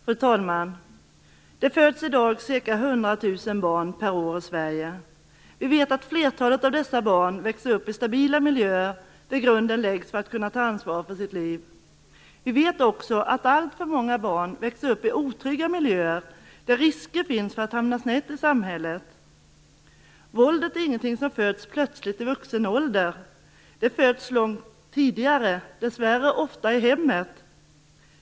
Fru talman! Det föds i dag ca 100 000 barn per år i Sverige. Vi vet att flertalet av dessa barn växer upp i stabila miljöer där grunden läggs för att man skall kunna ta ansvar för sitt liv. Vi vet också att alltför många barn växer upp i otrygga miljöer där risker finns för att de hamnar snett i samhället. Våldet är ingenting som föds plötsligt i vuxen ålder. Det föds långt tidigare, dessvärre ofta i hemmet.